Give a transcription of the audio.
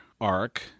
arc